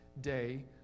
day